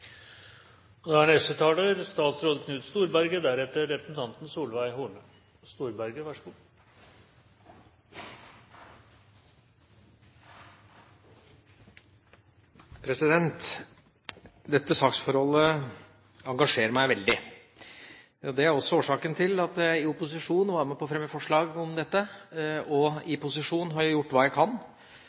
Dette saksforholdet engasjerer meg veldig. Det er også årsaken til at jeg i opposisjon var med på å fremme forslag om dette. I posisjon har jeg gjort hva jeg kan,